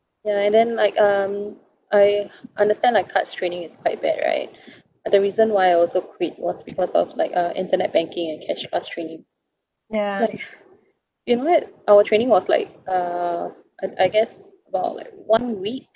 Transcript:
ya and then like um I understand like cards training is quite bad right the reason why I also quit was because of like uh internet banking and cash class training so you know what our training was like uh uh I guess about like one week